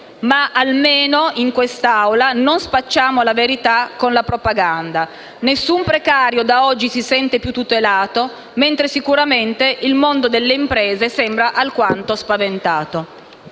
ma, almeno in quest'Aula, non spacciamo la verità con la propaganda: nessun precario da oggi si sente più tutelato, mentre sicuramente il mondo delle imprese sembra alquanto spaventato.